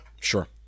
Sure